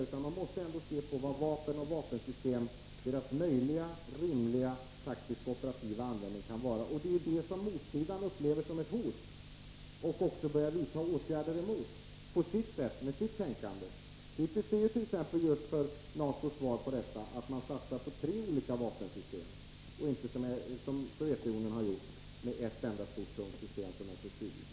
Man måste se på vilken möjlig, rimlig, taktisk-operativ användning man kan ha av dessa vapen och vapensystem. Det är det som motsidan upplever som ett hot och på sitt sätt börjar vidta åtgärder mot. Typiskt är t.ex. NATO:s svar på detta; man satsar på tre olika vapensystem och inte som Sovjetunionen har gjort på ett enda system som SS-20.